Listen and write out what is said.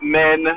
men